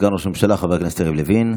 סגן ראש הממשלה חבר הכנסת יריב לוין,